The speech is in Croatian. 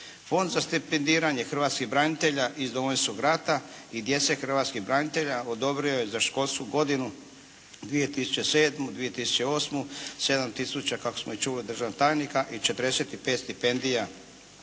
Fond za stipendiranje hrvatskih branitelja iz Domovinskog rata i djece hrvatskih branitelja odobrio je za školsku godinu 2007., 2008. 7 tisuća kako smo i čuli od državnog tajnika i 45 stipendija,